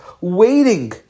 waiting